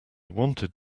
wanted